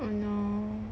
oh no